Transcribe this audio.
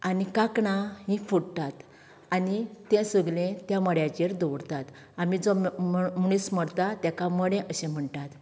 आनी काकणां हीं फोडटात आनी त्या सगलें त्या मड्याचेर दवरतात आनी जो मनीस मरता ताका मडें अशें म्हणटात